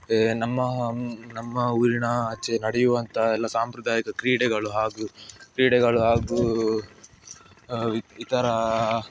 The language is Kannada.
ನಮ್ಮ ನಮ್ಮ ಊರಿನ ಆಚೆ ನಡೆಯುವಂಥ ಎಲ್ಲ ಸಾಂಪ್ರದಾಯಿಕ ಕ್ರೀಡೆಗಳು ಹಾಗೂ ಕ್ರೀಡೆಗಳು ಹಾಗೂ ಇತ್ ಇತರ